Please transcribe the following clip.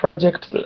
project